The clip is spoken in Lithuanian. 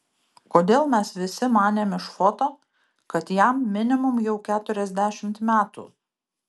kodėl mes visi manėm iš foto kad jam minimum jau keturiasdešimt metų